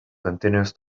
continues